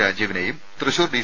രാജീവനെയും Thrissur D